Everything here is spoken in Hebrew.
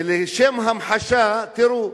ולשם ההמחשה, תראו: